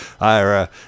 Ira